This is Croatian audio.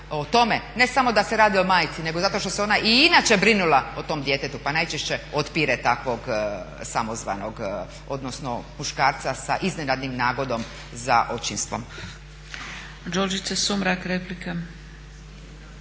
ne samo da se radi o majci nego zato što se ona i inače brinula o tom djetetu pa najčešće otpire takvog samozvanog, odnosno muškarca sa iznenadnim nagonom za očinstvom.